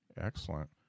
excellent